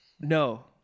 No